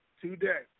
today